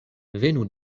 venu